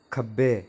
खब्बै